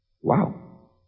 Wow